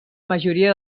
majoria